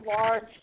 large